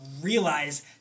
realize